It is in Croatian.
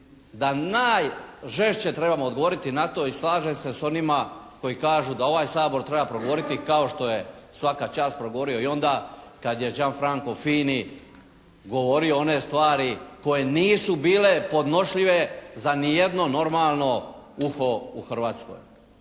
da najžešće trebamo odgovoriti na to i slažem se s onima koji kažu da ovaj Sabor treba progovoriti, kao što je svaka čast progovorio onda kada je Jean Franco Fini govorio one stvari koje nisu bile podnošljive za ni jedno normalno uho u Hrvatskoj.